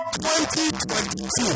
2022